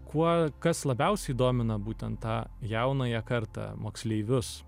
kuo kas labiausiai domina būtent tą jaunąją kartą moksleivius